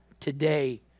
today